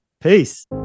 peace